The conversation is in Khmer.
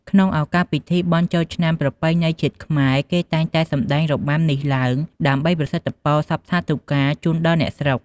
ក្នុងឱកាសពិធីបុណ្យចូលឆ្នាំប្រពៃណីជាតិខ្មែរគេតែងតែសម្តែងរបាំនេះឡើងដើម្បីប្រសិទ្ធពរសព្ទសាធុការជូនដល់អ្នកស្រុក។